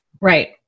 Right